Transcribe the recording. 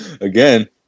Again